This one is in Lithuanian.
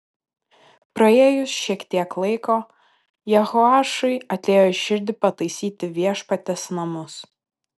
praėjus šiek tiek laiko jehoašui atėjo į širdį pataisyti viešpaties namus